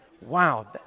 Wow